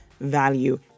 value